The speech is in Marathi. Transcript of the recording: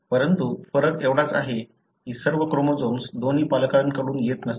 परंतु फरक एवढाच आहे की सर्व क्रोमोझोम दोन्ही पालकांकडून येत नसतात